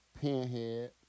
Pinhead